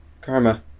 Karma